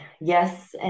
Yes